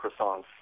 croissants